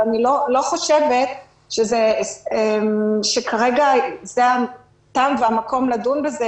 ואני לא חושבת שכרגע זה הזמן והמקום לדון בזה,